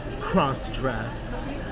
cross-dress